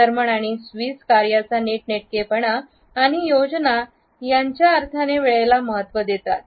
German आणि Swiss कार्याचा नीटनेटकेपणा आणि योजना यांच्या अर्थाने वेळेला महत्त्व देतात